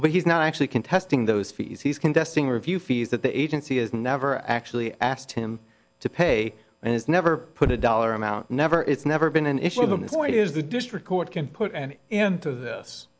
well but he's not actually contesting those fees he's contesting review fees that the agency has never actually asked him to pay and has never put a dollar amount never it's never been an issue of them this point is the district court can put an end to this